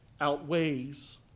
outweighs